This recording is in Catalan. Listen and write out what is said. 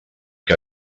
que